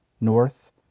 north